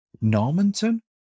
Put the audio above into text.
Normanton